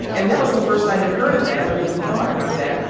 and that was the first i had heard of that, or even thought about that.